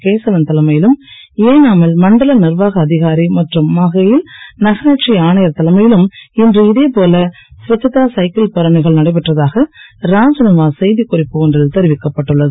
கேசவன் தலைமையிலும் ஏனாமில் மண்டல நிர்வாக அதிகாரி மற்றும் மாகேயில் நகராட்சி ஆணையர் தலைமையிலும் இன்று இதே போல ஸ்வச்தா சைக்கிள் பேரணிகள் நடைபெற்றதாக ராஜ்நிவாஸ் செய்தி குறிப்பு ஒன்றில் தெரிவிக்கப்பட்டுள்ளது